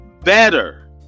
Better